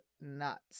nuts